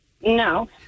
No